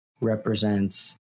represents